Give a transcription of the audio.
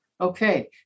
Okay